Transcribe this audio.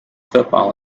football